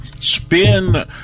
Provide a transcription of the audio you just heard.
Spin